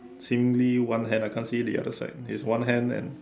singly one hand I cannot see the other side it's one hand and